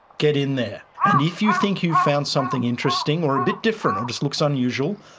get in there, and if you think you've found something interesting or a bit different or just looks unusual,